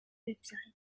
website